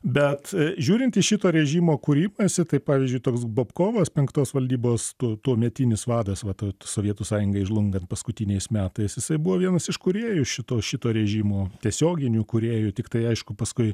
bet žiūrint į šito režimo kūrimą jisai tai pavyzdžiui toks bopkovas penktos valdybos tu tuometinis vadas va to sovietų sąjungai žlungant paskutiniais metais jisai buvo vienas iš kūrėjų šito šito režimo tiesioginių kūrėjų tiktai aišku paskui